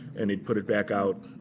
and he'd put it back out,